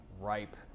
ripe